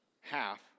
half